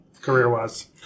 career-wise